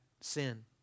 sin